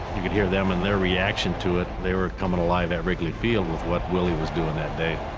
you could hear them and their reaction to it. they were coming alive at wrigley field with what willie was doing that day,